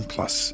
Plus